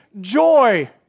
joy